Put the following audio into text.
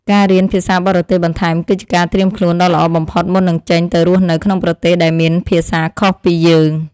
ការរៀនភាសាបរទេសបន្ថែមគឺជាការត្រៀមខ្លួនដ៏ល្អបំផុតមុននឹងចេញទៅរស់នៅក្នុងប្រទេសដែលមានភាសាខុសពីយើង។